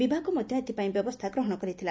ବିଭାଗ ମଧ୍ଧ ଏଥିପାଇଁ ବ୍ୟବସ୍କା ଗ୍ରହଣ କରିଥିଲା